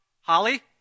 Holly